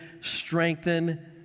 strengthen